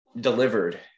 delivered